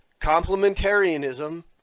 complementarianism